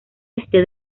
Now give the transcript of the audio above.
este